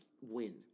win